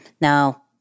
Now